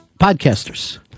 podcasters